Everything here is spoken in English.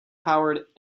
powered